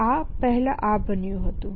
આ પહેલાં આ બન્યું હતું